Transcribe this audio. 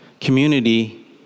community